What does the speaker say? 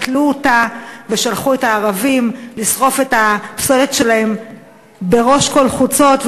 ביטלו אותה ושלחו את הערבים לשרוף את הפסולת שלהם בראש כל חוצות,